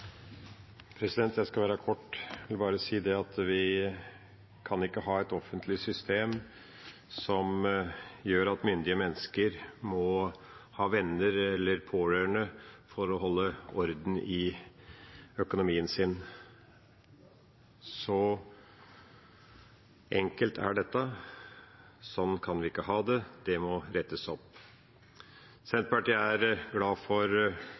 Jeg skal være kort. Jeg vil bare si at vi kan ikke ha et offentlig system som gjør at myndige mennesker må ha venner eller pårørende for å holde orden i økonomien sin. Så enkelt er dette, sånn kan vi ikke ha det, det må rettes opp. Senterpartiet er glad for